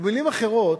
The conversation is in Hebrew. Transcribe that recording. במלים אחרות,